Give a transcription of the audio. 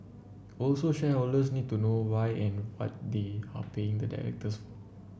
also shareholders need to know why and what they are paying the directors